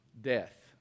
death